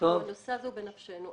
הנושא הזה הוא בנפשנו.